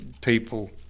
people